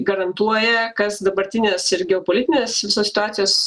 garantuoja kas dabartinės ir geopolitinės situacijos